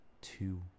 two